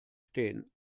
stehen